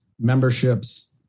memberships